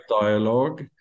dialogue